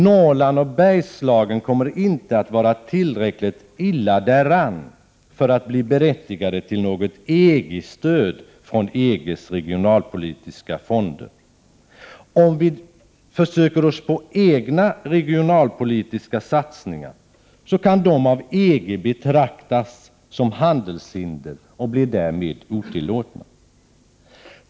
Norrland och Bergslagen kommer inte att vara tillräckligt illa däran för att bli berättigade till något EG-stöd från EG:s regionalpolitiska fonder. Och om vi försöker oss på egna regionalpolitiska satsningar, kan de av EG betraktas som handelshinder och blir därmed otillåtna.